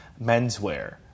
menswear